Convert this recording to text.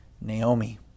Naomi